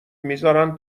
میذارن